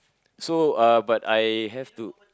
so uh but I have to